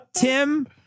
Tim